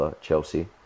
Chelsea